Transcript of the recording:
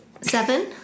Seven